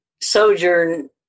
sojourn